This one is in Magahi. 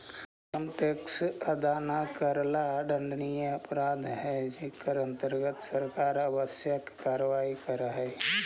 इनकम टैक्स अदा न करला दंडनीय अपराध हई जेकर अंतर्गत सरकार आवश्यक कार्यवाही करऽ हई